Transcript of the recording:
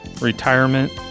retirement